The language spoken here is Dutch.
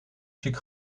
ziek